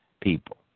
people